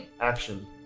Action